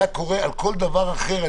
זה היה קורה על כל דבר אחר.